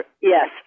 Yes